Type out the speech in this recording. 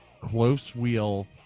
close-wheel